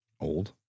old